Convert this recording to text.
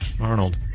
Arnold